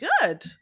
good